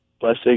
blessing